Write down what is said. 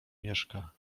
mieszka